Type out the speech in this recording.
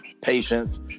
patience